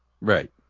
Right